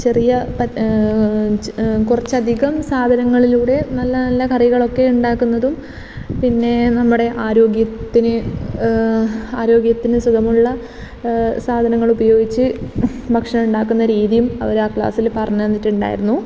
ചെറിയ കുറച്ചധികം സാധനങ്ങളിലൂടെ നല്ല നല്ല കറികളൊക്കെ ഉണ്ടാക്കുന്നതും പിന്നെ നമ്മുടെ ആരോഗ്യത്തിന് ആരോഗ്യത്തിന് സുഖമുള്ള സാധനങ്ങൾ ഉപയോഗിച്ച് ഭക്ഷണം ഉണ്ടാക്കുന്ന രീതിയും അവരാ ക്ലാസ്സിൽ പറഞ്ഞ് തന്നിട്ടുണ്ടായിരുന്നു